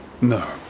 No